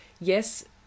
Yes